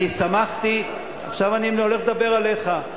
אני שמחתי ------ עכשיו אני הולך לדבר עליך.